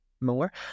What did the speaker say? more